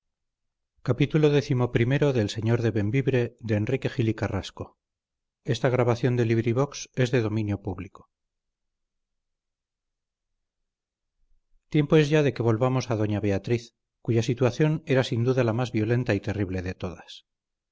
villabuena tiempo es ya de que volvamos a doña beatriz cuya situación era sin duda la más violenta y terrible de todas